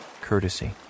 courtesy